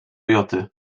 joty